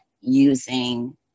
using